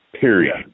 period